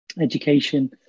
education